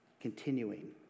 continuing